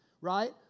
right